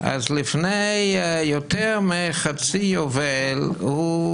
אז לפני יותר חצי יובל הוא